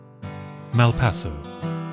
Malpaso